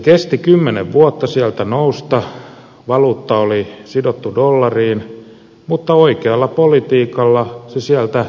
kesti kymmenen vuotta sen sieltä nousta valuutta oli sidottu dollariin mutta oikealla politiikalla se sieltä pikkuhiljaa nousi